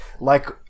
like-